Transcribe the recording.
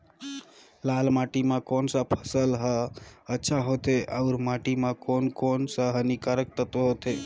लाल माटी मां कोन सा फसल ह अच्छा होथे अउर माटी म कोन कोन स हानिकारक तत्व होथे?